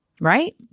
right